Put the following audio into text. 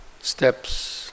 steps